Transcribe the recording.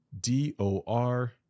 D-O-R